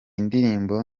ndirimbo